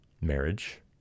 marriage